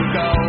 go